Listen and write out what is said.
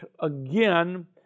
again